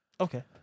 Okay